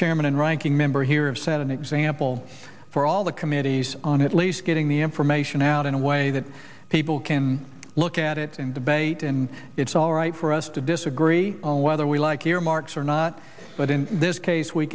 chairman and ranking member here have set an example for all the committees on at least getting the information out in a way that people can look at it and debate and it's all right for us to disagree on whether we like earmarks or not but in this